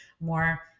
more